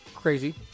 Crazy